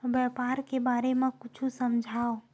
व्यापार के बारे म कुछु समझाव?